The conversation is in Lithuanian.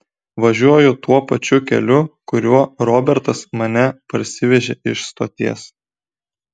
važiuoju tuo pačiu keliu kuriuo robertas mane parsivežė iš stoties